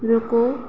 रुको